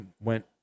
went